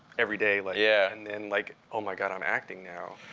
everyday. like yeah and then, like, oh my god, i'm acting now.